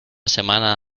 semana